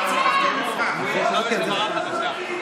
כי לא הבנתי, אופיר, אין תיקון.